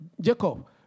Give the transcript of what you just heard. Jacob